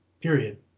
period